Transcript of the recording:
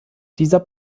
dieser